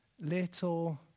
little